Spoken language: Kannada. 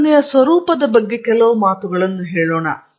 ಸಂಶೋಧನೆಯ ಸ್ವರೂಪದ ಬಗ್ಗೆ ಕೆಲವು ಮಾತುಗಳನ್ನು ಹೇಳೋಣ